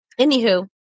Anywho